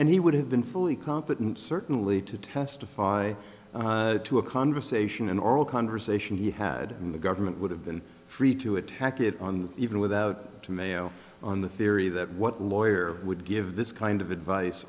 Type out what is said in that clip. and he would have been fully competent certainly to testify to a conversation an oral conversation he had in the government would have been free to attack it on even without to mayo on the theory that what lawyer would give this kind of advice